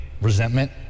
resentment